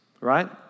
right